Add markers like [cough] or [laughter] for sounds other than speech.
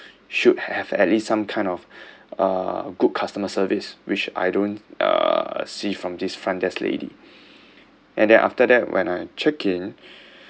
should have at least some kind of uh good customer service which I don't uh see from this front desk lady [breath] and then after that when I check in